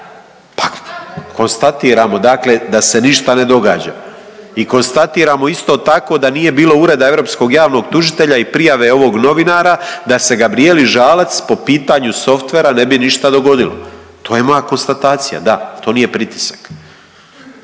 pa konstatiramo dakle da se ništa ne događa i konstatiramo isto tako da nije bilo Ureda europskog javnog tužitelja i prijave ovog novinara da se Gabrijeli Žalac po pitanju softvera ne bi ništa dogodilo. To je moja konstatacija, da, to nije pritisak.